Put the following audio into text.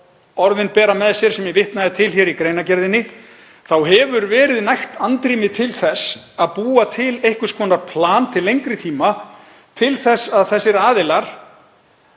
orðin bera með sér sem ég vitnaði til í greinargerðinni þá hefur verið nægt andrými til þess að búa til einhvers konar plan til lengri tíma til þess að slíkir aðilar